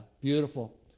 beautiful